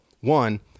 one